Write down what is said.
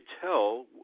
tell